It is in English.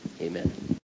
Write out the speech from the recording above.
amen